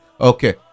Okay